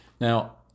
Now